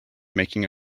making